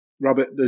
Robert